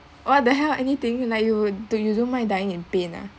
what the hell anything like you do you don't mind dying in pain ah